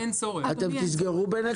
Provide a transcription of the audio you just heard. אתם תסגרו ביניכם?